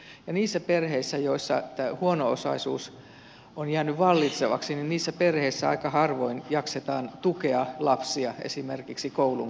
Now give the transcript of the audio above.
ja niissä perheissä joissa tämä huono osaisuus on jäänyt vallitsevaksi aika harvoin jaksetaan tukea lapsia esimerkiksi koulunkäyntiin